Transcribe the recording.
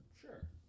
Sure